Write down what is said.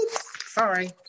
sorry